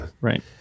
right